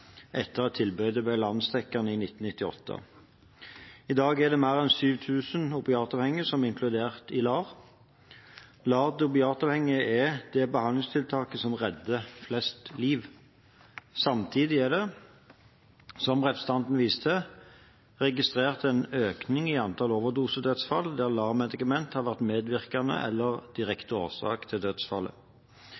etter at tilbudet ble landsdekkende i 1998. I dag er det mer enn 7 000 opiatavhengige som er inkludert i LAR. LAR til opiatavhengige er det behandlingstiltaket som redder flest liv. Samtidig er det, som representantene viser til, registrert en økning i antall overdosedødsfall, der LAR-medikamenter har vært medvirkende eller en direkte årsak til dødsfallet.